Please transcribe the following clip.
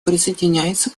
присоединяется